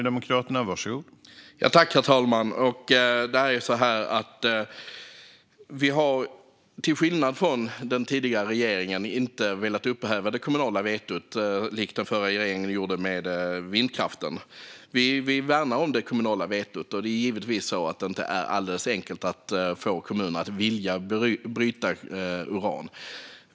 Herr talman! Vi har till skillnad från den tidigare regeringen inte velat upphäva det kommunala vetot - som den förra regeringen ville med vindkraften. Vi värnar om det kommunala vetot. Och det är givetvis inte alldeles enkelt att få kommuner att vilja bryta uran.